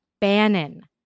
Bannon